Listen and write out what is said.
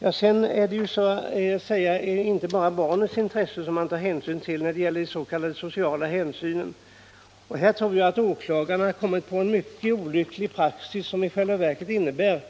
Ja, sedan är det ju inte bara barnets intresse som man har för ögonen när det gäller de sociala hänsynen. Här tror jag att åklagarna har kommit in på en mycket olycklig praxis, som i själva verket innebär